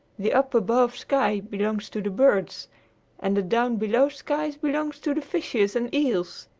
the up-above sky belongs to the birds and the down-below sky belongs to the fishes and eels.